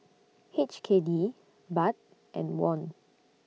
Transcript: H K D Baht and Won